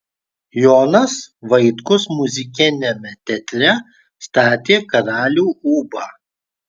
jonas vaitkus muzikiniame teatre statė karalių ūbą